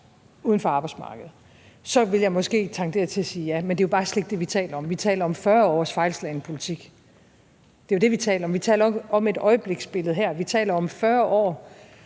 uden for arbejdsmarkedet, så ville jeg måske tendere til at sige ja, men det er jo bare slet ikke det, vi taler om. Vi taler om 40 års fejlslagen politik. Det er jo det, vi taler om. Vi taler jo ikke om et øjebliksbillede her – vi taler om 40 år,